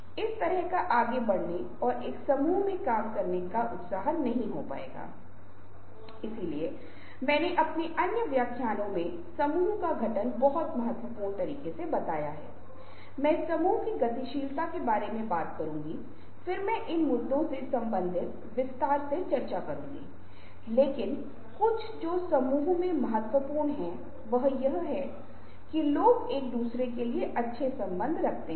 यदि हम अलग अलग नौकरियों के लिए अलग अलग समय आवंटित करते हैं तो क्या आप इसे प्राप्त करने में सक्षम हैं या कुछ व्यवधान हैं इसलिए निगरानी और व्यवहार को नियंत्रित करके हम समय के प्रभावी उपयोग का भी अनुमान लगा सकते हैं